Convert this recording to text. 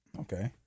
Okay